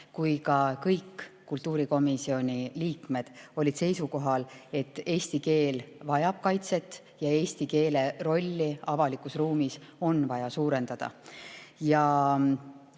kui ka kõik kultuurikomisjoni liikmed olid seisukohal, et eesti keel vajab kaitset ja eesti keele rolli avalikus ruumis on vaja suurendada.